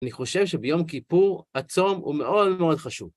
אני חושב שביום כיפור הצום ומאוד מאוד חשוב.